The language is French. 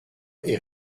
est